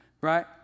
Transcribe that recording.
right